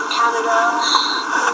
canada